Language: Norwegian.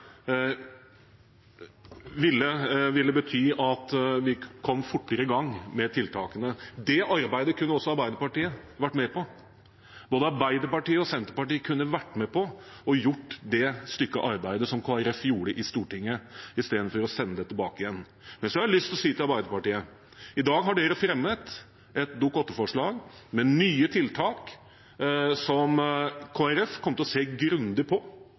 ville bety at vi kom fortere i gang med tiltakene. Det arbeidet kunne også Arbeiderpartiet ha vært med på – både Arbeiderpartiet og Senterpartiet kunne vært med på å gjøre det stykket arbeid som Kristelig Folkeparti gjorde i Stortinget, i stedet for å sende det tilbake igjen. Men så har jeg lyst til å si til Arbeiderpartiet: I dag har de fremmet et Dokument 8-forslag med nye tiltak som Kristelig Folkeparti kommer til å se grundig på.